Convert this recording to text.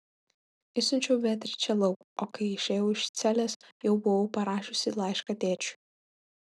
išsiunčiau beatričę lauk o kai išėjau iš celės jau buvau parašiusi laišką tėčiui